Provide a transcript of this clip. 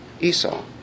Esau